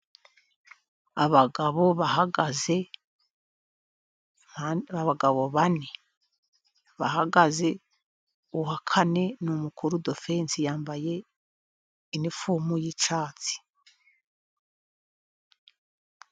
Abagabo bahagaze, abagabo bane. Bahagaze uwa kane n'umukurudofensi, yambaye inifomu y'icyatsi.